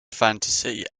fantasy